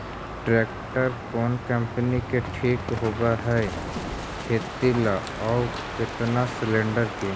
Tractor कोन company के ठीक होब है खेती ल औ केतना सलेणडर के?